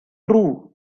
true